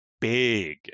big